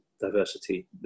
diversity